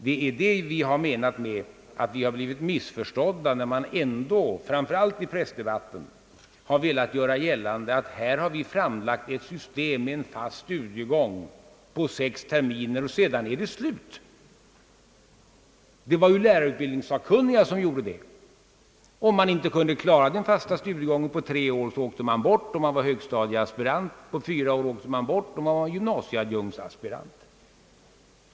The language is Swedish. Det är i detta avseende vi anser oss ha blivit missförstådda, när man framför allt i pressdebatten har velat göra gällande, att vi har framlagt ett system med en fast studiegång på sex terminer och sedan ingenting mera. Det var ju lärarutbildningssakkunniga, som kom med det förslaget. Om den studerande inte kunde klara den fasta studiegången på tre år, åkte han bort om han var högstadieaspirant. Kunde eleven inte klara det på fyra år, åkte han bort om han var gymnasieadjunktsaspirant.